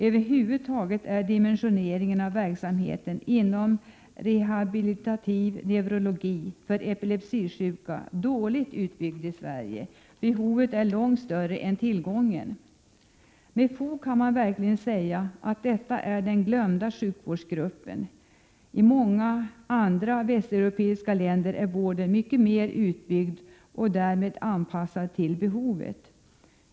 Över huvud taget är dimensioneringen av verksamheten inom rehabilitativ neurologi för epilepsisjuka dåligt utbyggd i Sverige. Behovet är långt större än tillgången. Med fog kan man verkligen säga att detta är den glömda sjukvårdsgruppen. I många andra västeuropeiska länder är vården mycket mer utbyggd och därmed anpassad till behovet.